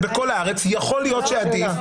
יכול להיות שעדיף לומר: